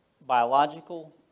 Biological